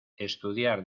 estudiar